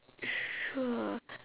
sure